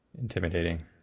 intimidating